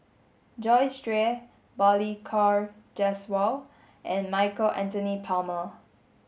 Joyce Jue Balli Kaur Jaswal and Michael Anthony Palmer